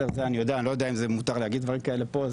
אני לא יודע אם מותר להגיד דברים כאלה פה,